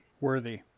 Worthy